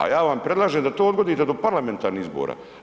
A ja vam predlažem da to odgodite do parlamentarnih izbora.